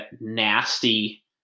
nasty